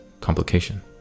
Complication